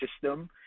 system